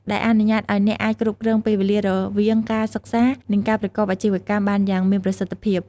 ដែលអនុញ្ញាតឲ្យអ្នកអាចគ្រប់គ្រងពេលវេលារវាងការសិក្សា និងការប្រកបអាជីវកម្មបានយ៉ាងមានប្រសិទ្ធភាព។